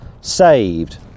saved